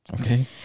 Okay